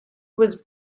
was